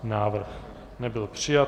Návrh nebyl přijat.